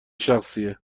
شخصیه